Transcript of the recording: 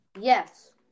Yes